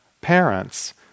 parents